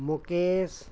Mukesh